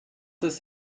ist